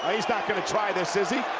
ah he's not gonna try this, is he?